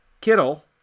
Kittle